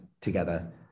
together